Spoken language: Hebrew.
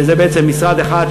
שזה בעצם משרד אחד,